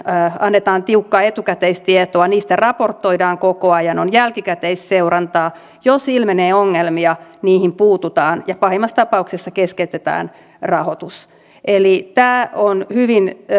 annetaan tiukkaa etukäteistietoa niistä raportoidaan koko ajan on jälkikäteisseurantaa jos ilmenee ongelmia niihin puututaan ja pahimmassa tapauksessa keskeytetään rahoitus eli tämä on hyvin